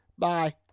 Bye